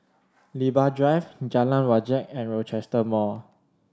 Libra Drive Jalan Wajek and Rochester Mall